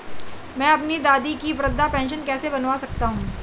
मैं अपनी दादी की वृद्ध पेंशन कैसे बनवा सकता हूँ?